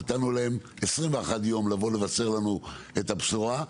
נתנו להם 21 יום לבשר לנו את הבשורה,